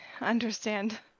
understand